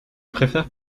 préfère